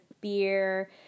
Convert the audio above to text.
beer